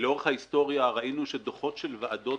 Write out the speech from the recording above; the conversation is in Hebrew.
לאורך ההיסטוריה ראינו שלדוחות של ועדות,